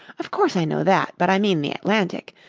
of course i know that, but i mean the atlantic.